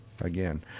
again